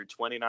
29